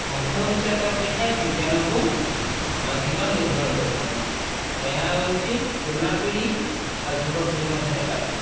ଅନ୍ଧବିଶ୍ୱାସ ଅପେକ୍ଷା ବିଜ୍ଞାନକୁ ଅଧିକ ନିର୍ଭର କରୁଛନ୍ତି ଏହା ହେଉଛି ପୁରୁଣା ପିଢ଼ି ଆଉ ଯୁବପିଢ଼ି ମଧ୍ୟରେ ପାର୍ଥକ୍ୟ